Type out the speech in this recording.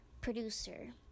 Producer